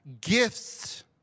Gifts